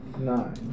Nine